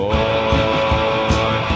Boy